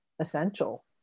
essential